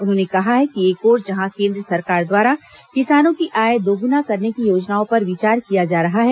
उन्होंने कहा है कि एक ओर जहां केन्द्र सरकार द्वारा किसानों की आय दोगुना करने की योजनाओं पर विचार किया जा रहा है